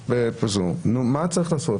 מה צריך לעשות?